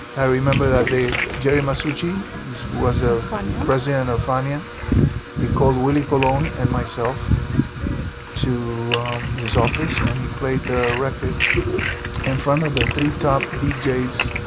i remember that day jerry my sushi was a funny president of fania he called willie cologne and myself to his office and he played the record in front of the three top deejays.